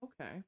Okay